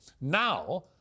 Now